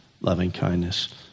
loving-kindness